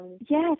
Yes